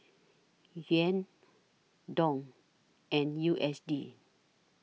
Yuan Dong and U S D